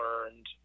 learned